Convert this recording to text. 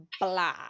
blah